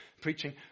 preaching